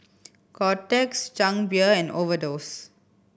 Kotex Chang Beer and Overdose